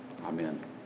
Amen